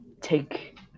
take